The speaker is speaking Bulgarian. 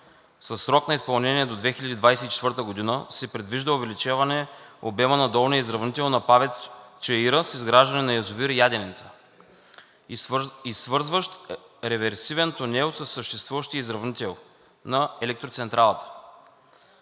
срок на изпълнение до 2024 г., се предвижда увеличаване обема на долния изравнител на ПАВЕЦ „Чаира“ с изграждане на язовир „Яденица“ и свързващ реверсивен тунел със съществуващия изравнител на електроцентралата.